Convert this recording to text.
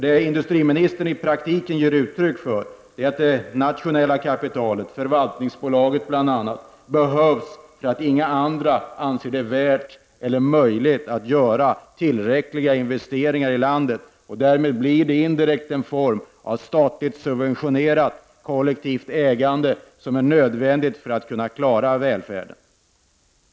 Det industriministern i praktiken ger uttryck för är att det nationella kapitalet, bl.a. förvaltningsbolaget, behövs för att inga andra anser det värt eller möjligt att göra tillräckliga investeringar i landet. Därmed blir det indirekt en form av statligt subventionerat kollektivt ägande som är nödvändigt för att kunna klara välfärden.